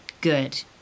Good